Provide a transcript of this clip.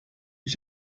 ich